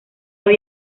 hoy